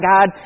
God